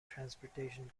transportation